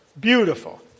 Beautiful